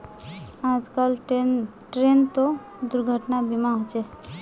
आजकल ट्रेनतो दुर्घटना बीमा होचे